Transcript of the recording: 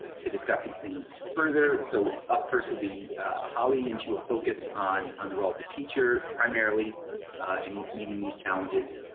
to discuss these things further. so up first will be holly, and she will focus on on the role of the teacher primarily in meeting these challenges,